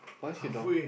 why she don't